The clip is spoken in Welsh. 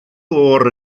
oer